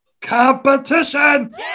competition